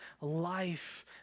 life